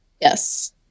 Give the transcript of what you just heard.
Yes